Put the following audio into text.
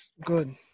Good